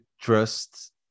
trust